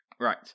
Right